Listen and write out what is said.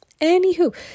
Anywho